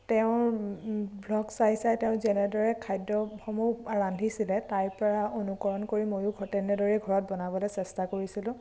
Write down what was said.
তেওঁৰ ব্লগ চাই চাই তেওঁ যেনেদৰে খাদ্যসমূহ ৰান্ধিছিলে তাইৰ পৰা অণুকৰণ কৰি ময়ো ঘ তেনেদৰেই ঘৰত বনাবলৈ চেষ্টা কৰিছিলোঁ